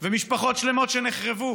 ומשפחות שלמות נחרבו.